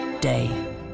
day